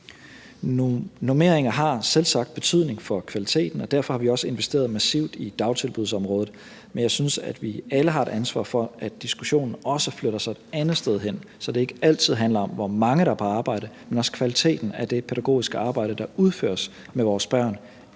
Normeringer har selvsagt betydning for kvaliteten, og derfor har vi også investeret massivt i dagtilbudsområdet. Men jeg synes, at vi alle har et ansvar for, at diskussionen også flytter sig et andet sted hen, så det ikke altid handler om, hvor mange der er på arbejde, men også om kvaliteten af det pædagogiske arbejde, der udføres med vores børn